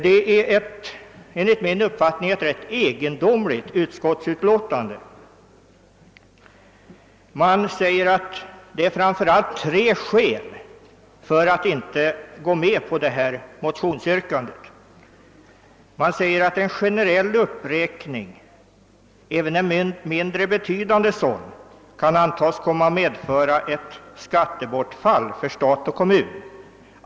Det är enligt min uppfattning ett ganska egendomligt utskottsbetänkande. Utskottet säger att det finns framför allt tre skäl för att man inte skall gå med på motionsyrkandet. Man säger att en generell uppräkning, även en mindre betydande sådan, kan antas komma att medföra ett skattebortfall för stat och kommun.